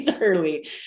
early